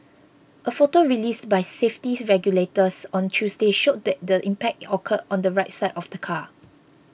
a photo released by safety regulators on Tuesday showed that the impact occurred on the right side of the car